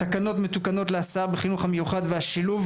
תקנות מתוקנות להסעה בחינוך המיוחד והשילוב,